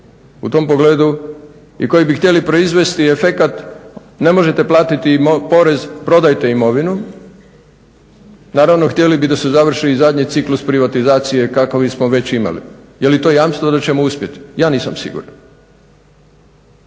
u tom pogledu i koji bi htjeli proizvesti efekat, ne možete platiti porez, prodajte imovinu, naravno htjeli bi da se završi i zadnji ciklus privatizacije kakav smo već imali. Je li to jamčilo da ćemo uspjeti, ja nisam siguran.